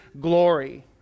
glory